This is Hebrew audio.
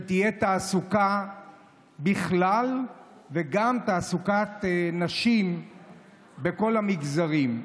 שתהיה תעסוקה בכלל וגם תעסוקת נשים בכל המגזרים.